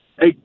Hey